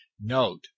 Note